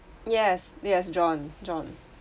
yes yes john john